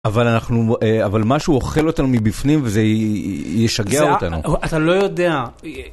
אבל אנחנו, אבל משהו אוכל אותנו מבפנים וזה יישגע אותנו. אתה לא יודע.